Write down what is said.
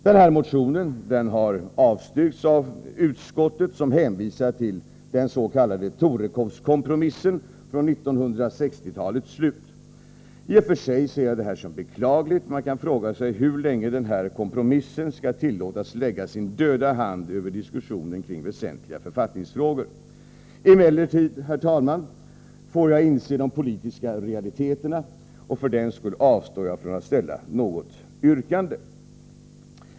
Denna motion har avstyrkts av utskottet, som hänvisar till den s.k. Torekovskompromissen från 1960-talets slut. I och för sig anser jag detta vara beklagligt. Man kan fråga sig hur länge denna kompromiss skall tillåtas lägga sin döda hand över diskussionen kring väsentliga författningsfrågor. Emellertid får jag, herr talman, inse de politiska realiteterna, och för den skull avstår jag från att ställa något yrkande.